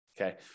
Okay